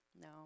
no